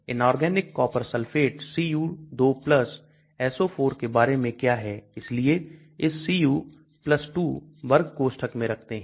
Inorganic coppar sulphate cu2 SO4 के बारे में क्या है इसलिए आप इस cu 2 वर्ग कोष्ठक में रखते हैं